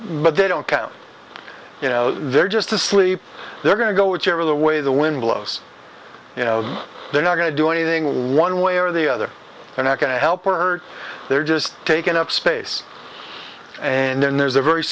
but they don't count you know they're just asleep they're going to go whichever way the wind blows you know they're not going to do anything well one way or the other they're not going to help or hurt they're just taking up space and then there's a very